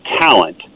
talent